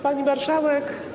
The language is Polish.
Pani Marszałek!